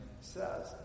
says